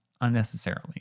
unnecessarily